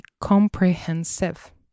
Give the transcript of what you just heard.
comprehensive